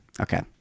Okay